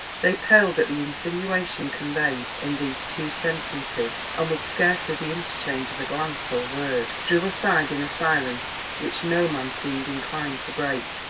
they paled at the insinuation conveyed in these two sentences, and with scarcely the interchange of glance or word, drew aside in a silence which no man seemed inclined to break.